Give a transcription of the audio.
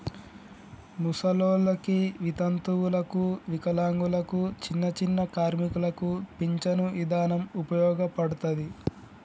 ముసలోల్లకి, వితంతువులకు, వికలాంగులకు, చిన్నచిన్న కార్మికులకు పించను ఇదానం ఉపయోగపడతది